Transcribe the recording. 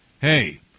Hey